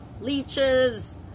leeches